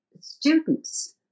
students